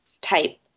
type